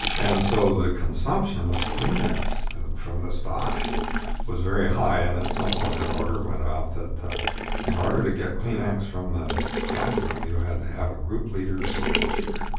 and so the consumption of kleenex from the stocks was very high. and at some point, an order went out that in order to get kleenex from the stockroom, you had to have a group leader's signature,